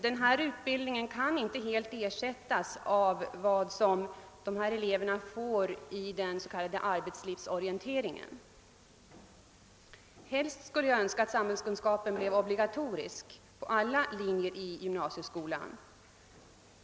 Den utbildningen kan inte helt ersättas av den s.k. arbetslivsorientering som dessa elever får. Helst skulle jag önska att ämnet samhällskunskap blev obligatoriskt på alla linjer i gymnasieskolan.